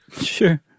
Sure